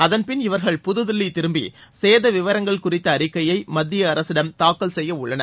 அதன்பின் இவர்கள் புதுதில்லி திரும்பி சேத விவரங்கள் குறித்த அறிக்கையை மத்திய அரசிடம் தாக்கல் செய்ய உள்ளனர்